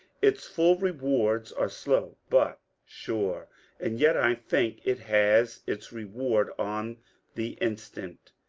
its full rewards are slow but sure and yet i think it has its reward on the instant,